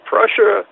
Prussia